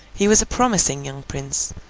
he was a promising young prince,